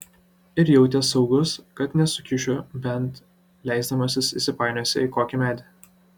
ir jauties saugus kad nesukiuši nebent leisdamasis įsipainiosi į kokį medį